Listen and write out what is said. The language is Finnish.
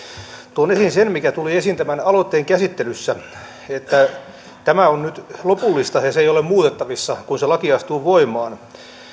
tuon esiin sen mikä tuli esiin tämän aloitteen käsittelyssä että tämä on nyt lopullista ja se ei ole muutettavissa kun se laki astuu voimaan